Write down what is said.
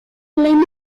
pliny